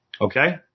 okay